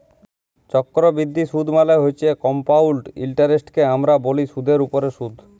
চক্করবিদ্ধি সুদ মালে হছে কমপাউল্ড ইলটারেস্টকে আমরা ব্যলি সুদের উপরে সুদ